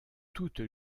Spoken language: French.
toute